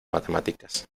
matemáticas